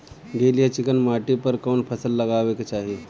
गील या चिकन माटी पर कउन फसल लगावे के चाही?